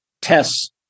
tests